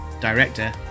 director